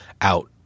out